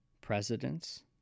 presidents